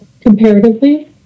comparatively